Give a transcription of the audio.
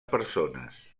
persones